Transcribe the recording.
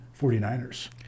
49ers